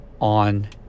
on